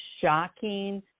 shocking